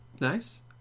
Nice